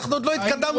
עוד לא התקדמנו